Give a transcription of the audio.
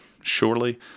surely